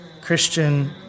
Christian